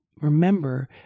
remember